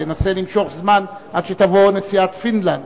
תנסה למשוך זמן עד שתבוא נשיאת פינלנד,